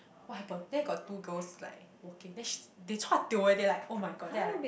what happened then got two girls like walking then she they chua tio eh they're like [oh]-my-god then I like